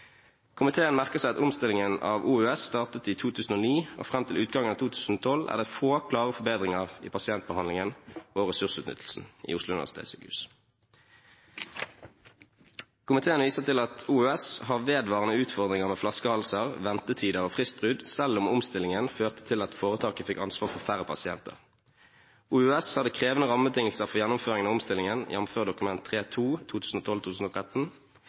Komiteen merker seg at fra omstillingen av OUS startet i 2009, og fram til utgangen av 2012, er det få klare forbedringer i pasientbehandlingen og ressursutnyttelsen i OUS. Komiteen viser til at OUS har vedvarende utfordringer med flaskehalser, ventetider og fristbrudd, selv om omstillingen førte til at foretaket fikk ansvar for færre pasienter. OUS hadde krevende rammebetingelser for gjennomføringen av omstillingen, jf. Dokument